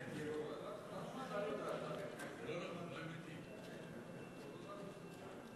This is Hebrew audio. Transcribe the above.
יש לך שלוש דקות, בבקשה.